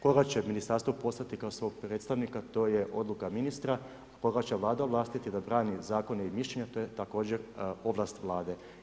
Koga će ministarstvo poslati kao svog predstavnika, to je odluka ministra, koga će vlada ovlasti da brani zakone i mišljenja to je također ovlast Vlade.